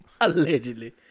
Allegedly